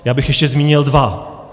Já bych ještě zmínil dva.